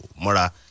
mora